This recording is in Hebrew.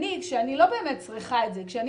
אני כשאני לא באמת צריכה את זה כשאני